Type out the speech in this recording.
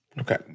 Okay